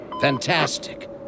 Fantastic